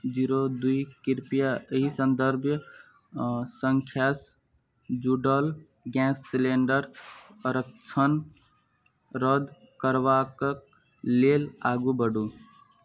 zero दुइ कृपया एहि सन्दर्भ सँख्यासँ जुड़ल गैस सिलेण्डरके आरक्षण रद्द करबाके लेल आगू बढ़ू